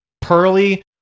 pearly